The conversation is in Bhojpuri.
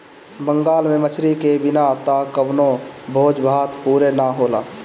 बंगाल में मछरी के बिना त कवनो भोज भात पुरे ना होला